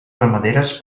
ramaderes